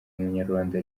umunyarwanda